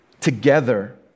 Together